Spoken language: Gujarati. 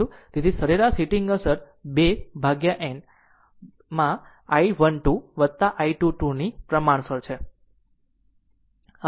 તેથી તેથી સરેરાશ હીટિંગ અસર 2 વિભાજિત n જમણામાં i1 2 I2 2 ની પ્રમાણસર છે